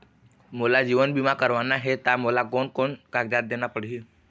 मोला जीवन बीमा करवाना हे ता मोला कोन कोन कागजात देना पड़ही?